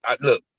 look